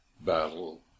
battle